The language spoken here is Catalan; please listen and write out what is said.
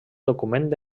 document